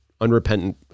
unrepentant